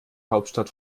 hauptstadt